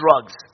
drugs